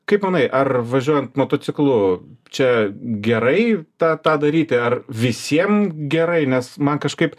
kaip manai ar važiuojant motociklu čia gerai tą tą daryti ar visiem gerai nes man kažkaip